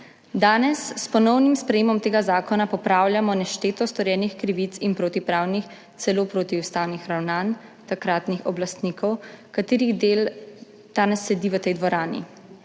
Danes s ponovnim sprejetjem tega zakona popravljamo nešteto storjenih krivic in protipravnih, celo protiustavnih ravnanj takratnih oblastnikov, katerih del danes sedi v tej dvorani.